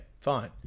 fine